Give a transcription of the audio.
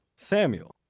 samuel,